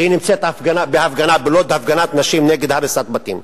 שנמצאת בהפגנה בלוד, הפגנת נשים כנגד הריסת בתים.